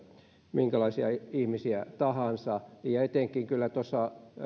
minkälaisia ihmisiä tahansa ja etenkin kyllä tuossa